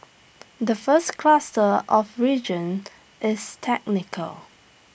the first cluster of reasons is technical